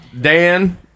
Dan